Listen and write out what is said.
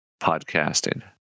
podcasting